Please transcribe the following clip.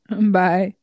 Bye